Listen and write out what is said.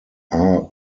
are